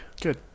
Good